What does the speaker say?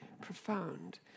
profound